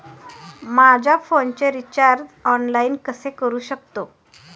माझ्या फोनचे recharge online कसे करू शकतो?